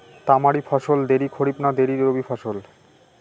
তামারি ফসল দেরী খরিফ না দেরী রবি ফসল?